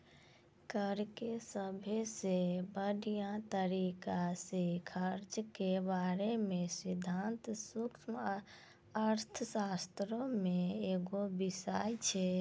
कर के सभ्भे से बढ़िया तरिका से खर्च के बारे मे सिद्धांत सूक्ष्म अर्थशास्त्रो मे एगो बिषय छै